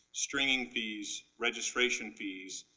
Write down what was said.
stringing fees, registration fees,